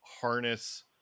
harness